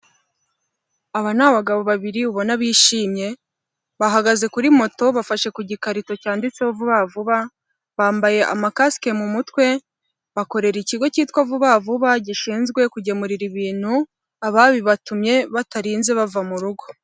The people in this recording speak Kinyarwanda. Aba ni abagabo babiri ubona bishimye bahagaze kuri moto bafashe ku gikarito cyanditseho vuba vuba bambaye amakasike mu mutwe bakorera ikigo cyitwa vuba vuba gishinzwe kugemurira ibintu ababibatumye batarinze bava mu rugo.